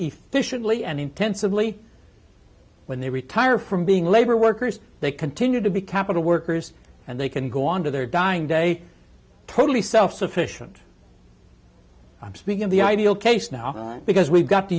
effectively and intensively when they retire from being labor workers they continue to be capital workers and they can go on to their dying day totally self sufficient i'm speaking of the ideal case now because we've got to